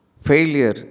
Failure